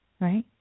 right